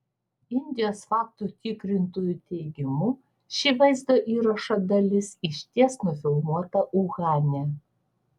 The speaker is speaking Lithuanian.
indijos faktų tikrintojų teigimu ši vaizdo įrašo dalis išties nufilmuota uhane